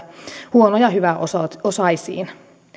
huono ja hyväosaisiin